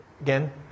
again